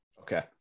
Okay